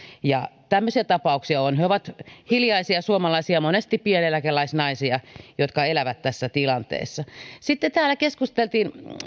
tämmöisiä tapauksia on he ovat hiljaisia suomalaisia monesti pieneläkeläisnaisia jotka elävät tässä tilanteessa sitten täällä keskusteltiin